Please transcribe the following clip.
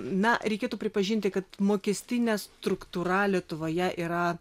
na reikėtų pripažinti kad mokestinė struktūra lietuvoje yra